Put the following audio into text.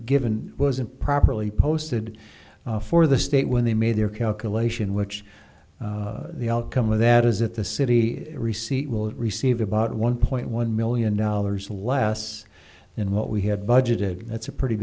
given wasn't properly posted for the state when they made their calculation which the outcome of that is that the city receipt will receive about one point one million dollars less than what we had budgeted that's a pretty